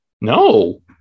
No